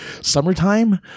Summertime